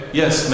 yes